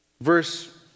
verse